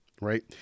right